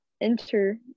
enter